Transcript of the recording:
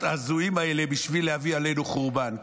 ההזויים האלה בשביל להביא עלינו חורבן.